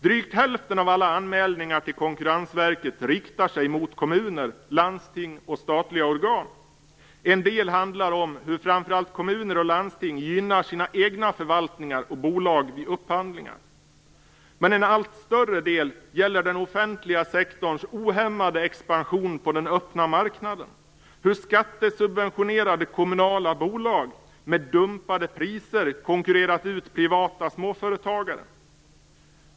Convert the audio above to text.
Drygt hälften av alla anmälningar till Konkurrensverket riktar sig mot kommuner, landsting och statliga organ. En del handlar om hur framför allt kommuner och landsting gynnar sina egna förvaltningar och bolag vid upphandlingar. Men en allt större del gäller den offentliga sektorns ohämmade expansion på den öppna marknaden och hur skattesubventionerade kommunala bolag med dumpade priser konkurrerar ut privata småföretagare.